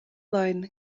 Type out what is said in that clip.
line